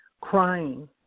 crying